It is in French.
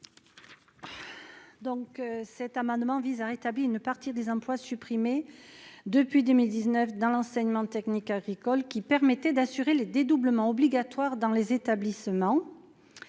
Donc, cet amendement vise à rétablir ne partir des emplois supprimés depuis 2019 dans l'enseignement technique agricole qui permettaient d'assurer les dédoublements obligatoire dans les établissements,